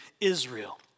Israel